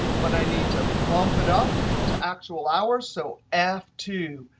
but i need to bump it up to actual hours. so f two,